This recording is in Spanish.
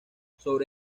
sobre